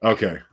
Okay